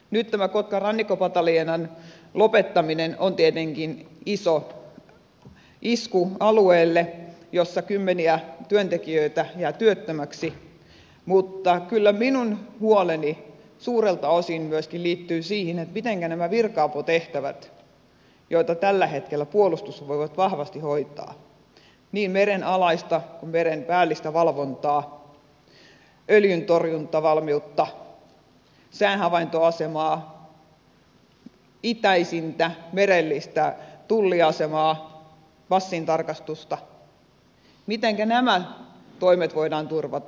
nyt tämä kotkan rannikkopataljoonan lopettaminen on tietenkin iso isku alueelle jossa kymmeniä työntekijöitä jää työttömäksi mutta kyllä minun huoleni suurelta osin myöskin liittyy siihen mitenkä nämä virka aputehtävät joita tällä hetkellä puolustusvoimat vahvasti hoitaa niin merenalaista kuin meren päällistä valvontaa öljyntorjuntavalmiutta säähavaintoasemaa itäisintä merellistä tulliasemaa passintarkastusta mitenkä nämä toimet voidaan turvata